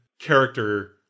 character